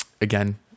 again